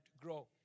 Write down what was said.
grow